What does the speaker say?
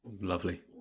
Lovely